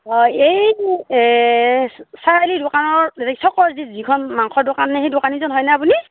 হয় এই চাৰিআলি দোকানৰ চ'কৰ যে যিখন মাংসৰ দোকান সেই দোকানীজন হয় নে আপুনি